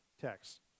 text